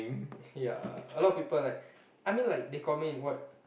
ya a lot people like I mean like they call me what